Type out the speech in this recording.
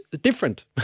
different